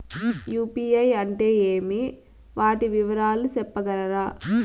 UPI అంటే ఏమి? వాటి వివరాలు సెప్పగలరా?